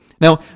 Now